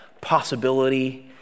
possibility